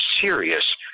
serious